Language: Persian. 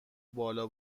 بالا